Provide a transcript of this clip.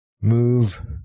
move